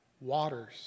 waters